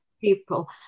people